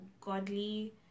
godly